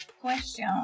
question